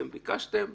אתם ביקשתם,